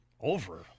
Over